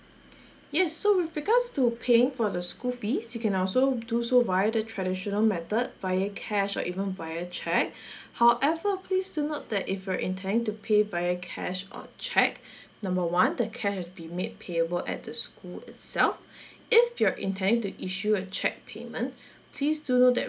yes so with regards to paying for the school fees you can also do so via the traditional method via cash or even via cheque however please do note that if you're intending to pay via cash or cheque number one the cash has to be made payable at the school itself if you're intending to issue a cheque payment please do note that